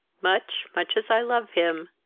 much, much as i love him,